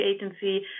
Agency